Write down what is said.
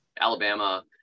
Alabama